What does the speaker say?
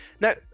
Now